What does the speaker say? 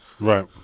right